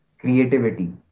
creativity